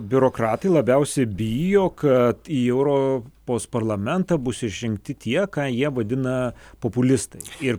biurokratai labiausiai bijo kad į europos parlamentą bus išrinkti tie ką jie vadina populistai ir